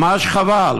ממש חבל.